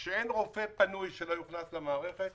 והעיקרון אומר שאין רופא פנוי שלא יוכנס למערכת